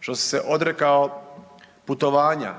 što si se odrekao putovanja